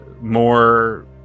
more